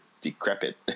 decrepit